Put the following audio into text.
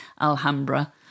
Alhambra